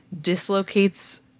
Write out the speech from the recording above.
dislocates